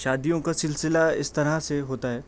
شادیوں کا سلسلہ اس طرح سے ہوتا ہے